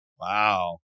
Wow